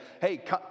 hey